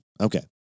Okay